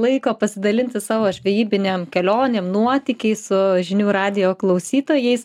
laiko pasidalinti savo žvejybinėm kelionėm nuotykiai su žinių radijo klausytojais